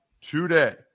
today